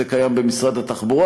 זה קיים במשרד התחבורה,